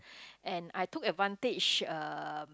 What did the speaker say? and I took advantage uh